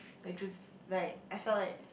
I just like I felt like